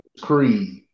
Creed